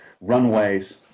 runways